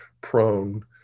prone